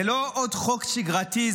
זה לא עוד חוק שגרתי,